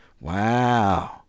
Wow